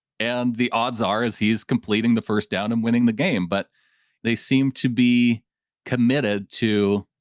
and the odds are as he's completing the first down and winning the game, but they seem to be committed to.